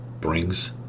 brings